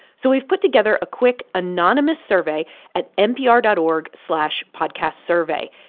so we've put together a quick anonymous survey at npr dot org slash podcastsurvey.